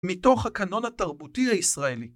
מתוך הקנון התרבותי הישראלי.